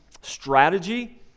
strategy